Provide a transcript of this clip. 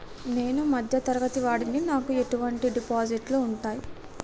నేను మధ్య తరగతి వాడిని నాకు ఎటువంటి డిపాజిట్లు ఉంటయ్?